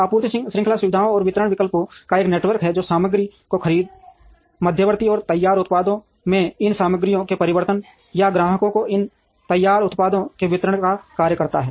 आपूर्ति श्रृंखला सुविधाओं और वितरण विकल्पों का एक नेटवर्क है जो सामग्री की खरीद मध्यवर्ती और तैयार उत्पादों में इन सामग्रियों के परिवर्तन और ग्राहकों को इन तैयार उत्पादों के वितरण का कार्य करता है